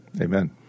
Amen